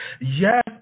Yes